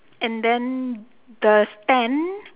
and then the stand